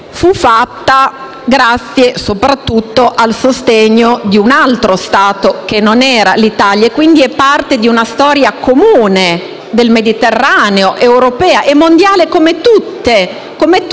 possibile grazie soprattutto al sostegno di un altro Stato che non era l'Italia e è quindi parte di una storia comune del Mediterraneo, europea e mondiale, come tutte le storie